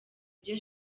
byo